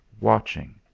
watching